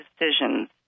decisions